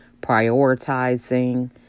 prioritizing